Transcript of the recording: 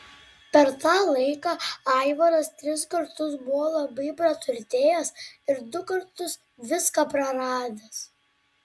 per tą laiką aivaras tris kartus buvo labai praturtėjęs ir du kartus viską praradęs